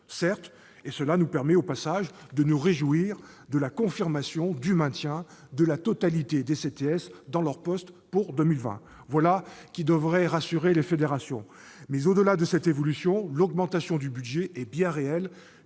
Certes, et nous pouvons d'ailleurs nous réjouir de la confirmation du maintien de la totalité des CTS dans leur poste pour 2020. Voilà qui devrait rassurer les fédérations. Mais au-delà de cette évolution, l'augmentation du budget est bien réelle